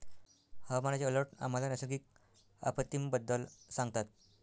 हवामानाचे अलर्ट आम्हाला नैसर्गिक आपत्तींबद्दल सांगतात